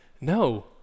No